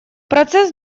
процесс